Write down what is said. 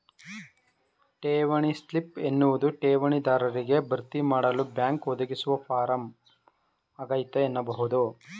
ಠೇವಣಿ ಸ್ಲಿಪ್ ಎನ್ನುವುದು ಠೇವಣಿ ದಾರರಿಗೆ ಭರ್ತಿಮಾಡಲು ಬ್ಯಾಂಕ್ ಒದಗಿಸುವ ಫಾರಂ ಆಗೈತೆ ಎನ್ನಬಹುದು